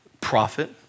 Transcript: prophet